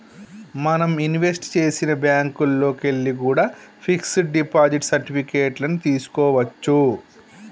మనం ఇన్వెస్ట్ చేసిన బ్యేంకుల్లోకెల్లి కూడా పిక్స్ డిపాజిట్ సర్టిఫికెట్ లను తీస్కోవచ్చు